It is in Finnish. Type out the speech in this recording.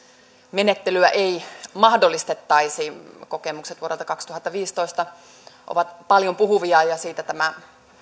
menettelyä ei mahdollistettaisi kokemukset vuodelta kaksituhattaviisitoista ovat paljonpuhuvia ja siitä tämä